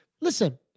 listen